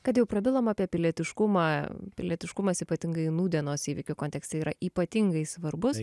kad jau prabilom apie pilietiškumą pilietiškumas ypatingai nūdienos įvykių kontekste yra ypatingai svarbus